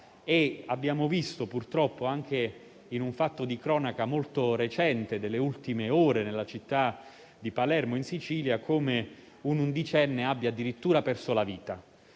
Abbiamo visto, purtroppo, in un fatto di cronaca molto recente, delle ultime ore, nella città di Palermo, in Sicilia, come una bambina di undici anni abbia addirittura perso la vita.